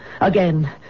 again